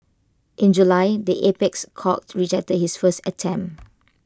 in July the apex court rejected his first attempt